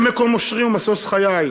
הם מקור אושרי ומשוש חיי.